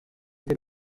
ter